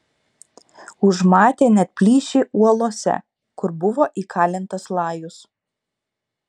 užmatė net plyšį uolose kur buvo įkalintas lajus